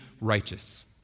righteous